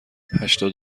هشتاد